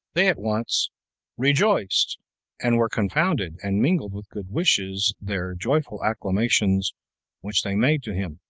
they at once rejoiced and were confounded, and mingled with good wishes their joyful acclamations which they made to him,